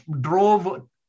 drove